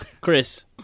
Chris